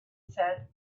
said